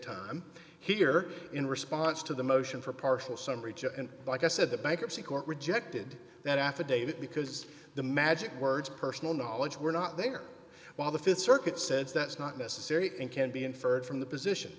time here in response to the motion for partial some reach and like i said the bankruptcy court rejected that affidavit because the magic words personal knowledge were not there while the th circuit said that's not necessary and can be inferred from the position